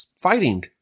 fighting